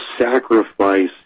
sacrifice